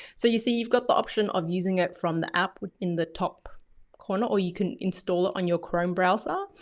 so you see you've got the option of using it from the app in the top corner or you can install it on your chrome browser.